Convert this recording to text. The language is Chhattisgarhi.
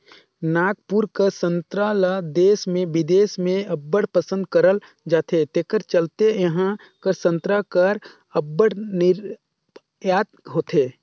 नागपुर कर संतरा ल देस में बिदेस में अब्बड़ पसंद करल जाथे जेकर चलते इहां कर संतरा कर अब्बड़ निरयात होथे